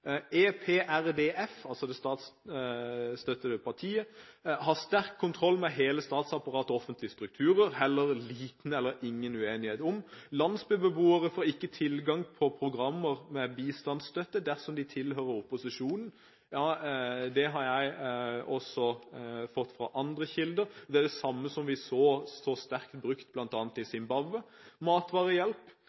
EPRDF, altså det statsstøttede partiet, har sterk kontroll med hele statsapparatet og offentlige strukturer, er det liten eller ingen uenighet om. Landsbybeboere får ikke tilgang til programmer med bistandsstøtte dersom de tilhører opposisjonen. Dette har jeg også fått fra andre kilder, og det er det samme som vi så så sterkt brukt i bl.a. Zimbabwe. Matvarehjelp: